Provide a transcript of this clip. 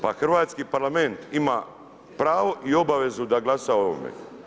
Pa hrvatski Parlament ima pravo i obavezu da glasa o ovome.